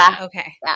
okay